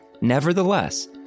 Nevertheless